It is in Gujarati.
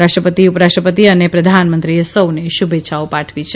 રાષ્ટ્રપતિ ઉપરાષ્ટ્રપતુ અને પ્રધાનમંત્રીએ સૌને શુભે ચ્છાઓ પાઠવી છે